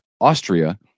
Austria